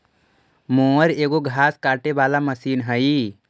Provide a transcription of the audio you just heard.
mower एगो घास काटे वाला मशीन हई